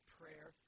prayer